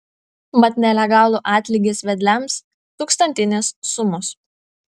mat nelegalų atlygis vedliams tūkstantinės sumos